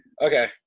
Okay